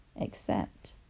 accept